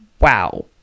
Wow